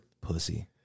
pussy